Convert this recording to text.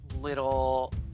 little